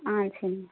ஆ சரி